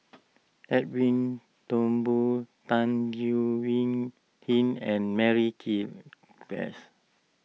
Edwin Thumboo Tan Leo Wee Hin and Mary king Klass